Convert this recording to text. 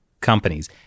companies